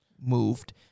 Moved